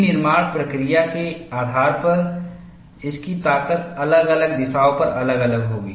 विनिर्माण प्रक्रिया के आधार पर इसकी ताकत अलग अलग दिशाओं पर अलग अलग होगी